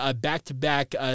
back-to-back